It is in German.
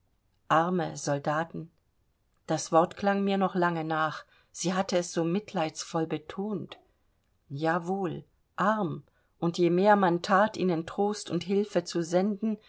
arme soldaten das wort klang mir noch lange nach sie hatte es so mitleidsvoll betont ja wohl arm und je mehr man that ihnen trost und hilfe zu senden